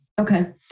Okay